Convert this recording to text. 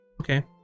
okay